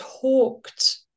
talked